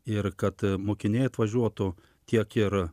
ir kad mokiniai atvažiuotų tiek ir